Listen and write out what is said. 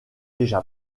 déjà